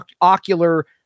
ocular